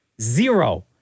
Zero